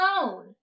alone